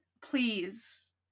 please